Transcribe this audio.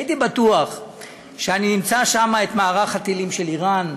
הייתי בטוח שאני אמצא שם את מערך הטילים של איראן,